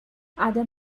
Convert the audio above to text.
others